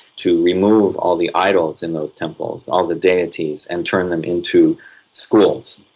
to remove all the idols in those temples, all the deities, and turn them into schools,